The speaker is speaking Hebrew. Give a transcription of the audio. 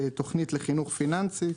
תוכנית לחינוך פיננסי,